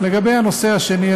לגבי הנושא השני,